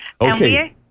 Okay